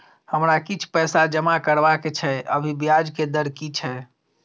हमरा किछ पैसा जमा करबा के छै, अभी ब्याज के दर की छै?